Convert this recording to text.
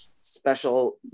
special